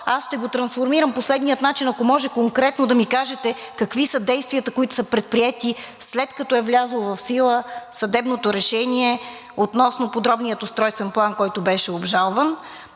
аз ще го трансформирам по следния начин, ако може конкретно да ми кажете: какви са действията, които са предприети, след като е влязло в сила съдебното решение относно подробния устройствен план, който беше обжалван,